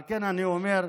על כן, אני אומר,